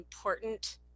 important